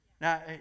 Now